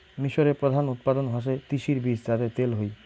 মিশরে প্রধান উৎপাদন হসে তিসির বীজ যাতে তেল হই